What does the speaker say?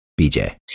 BJ